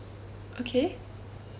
okay